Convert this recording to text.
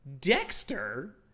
Dexter